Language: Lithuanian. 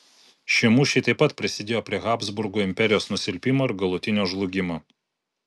šie mūšiai taip pat prisidėjo prie habsburgų imperijos nusilpimo ir galutinio žlugimo